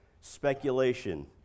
speculation